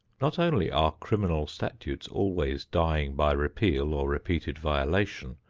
not only are criminal statutes always dying by repeal or repeated violation,